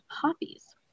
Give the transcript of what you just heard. poppies